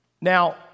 Now